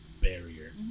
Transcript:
barrier